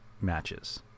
matches